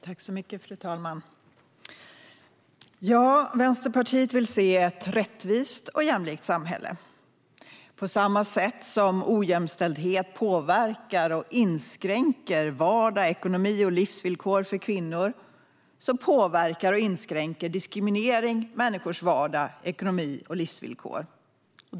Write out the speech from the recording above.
Fru talman! Vänsterpartiet vill se ett rättvist och jämlikt samhälle. På samma sätt som ojämställdhet påverkar och inskränker vardag, ekonomi och livsvillkor för kvinnor påverkar och inskränker diskriminering människors vardag, ekonomi och livsvillkor.